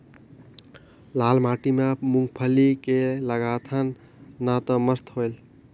लाल माटी म मुंगफली के लगाथन न तो मस्त होयल?